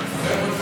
אדוני היושב-ראש,